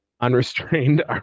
unrestrained